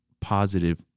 positive